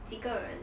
几个人